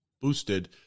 boosted